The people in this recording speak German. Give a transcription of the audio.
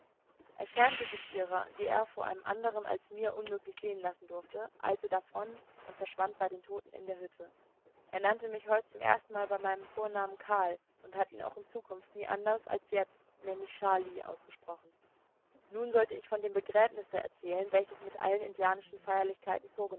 er schämte sich ihrer die er vor einem andern als mir unmöglich sehen lassen durfte eilte davon und verschwand bei den toten in der hütte er nannte mich heut zum erstenmal bei meinem vornamen karl und hat ihn auch in zukunft nie anders als jetzt nämlich scharlih ausgesprochen nun sollte ich von dem begräbnisse erzählen welches mit allen indianischen feierlichkeiten